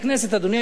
אדוני היושב-ראש,